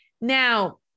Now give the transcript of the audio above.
Now